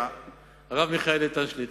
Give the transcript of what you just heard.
הרב מיכאל איתן שליט"א.